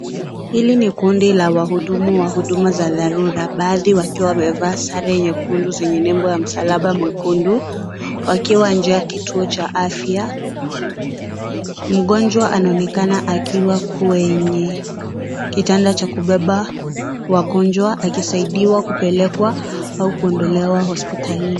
Hili ni kundi la wahudumu wa huduma za dharura, baadhi wakiwa wamevaa sare nyekundu zenye nembo ya msalaba mwekundu wakiwa nje ya kituo cha afya. Mgonjwa anaonekana akiwa kwenye kitanda cha kubeba wagonjwa akisaidiwa kupelekwa au kuondolewa hospitalini.